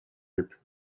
alpes